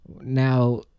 now